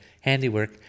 handiwork